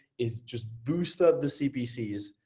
is just boost up the cpcs,